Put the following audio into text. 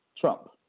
Trump